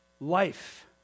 life